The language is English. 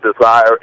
desire